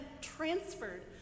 transferred